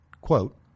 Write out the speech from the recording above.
quote